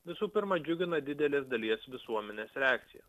visų pirma džiugina didelės dalies visuomenės reakcija